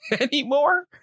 anymore